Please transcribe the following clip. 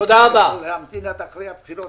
להמתין עד אחרי הבחירות.